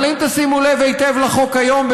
אבל אם תשימו לב היטב לחוק כיום,